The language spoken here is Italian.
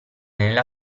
nella